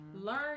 Learn